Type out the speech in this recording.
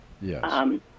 Yes